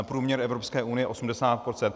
Průměr Evropské unie 80 %.